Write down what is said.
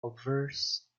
obverse